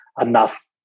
enough